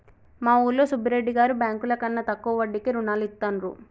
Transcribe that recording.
మా ఊరిలో సుబ్బిరెడ్డి గారు బ్యేంకుల కన్నా తక్కువ వడ్డీకే రుణాలనిత్తండ్రు